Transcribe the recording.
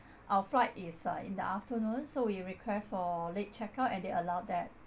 our flight is uh in the afternoon so we request for late check out and they allowed that